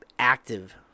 active